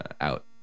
out